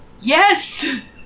Yes